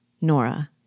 Nora